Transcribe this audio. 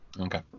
Okay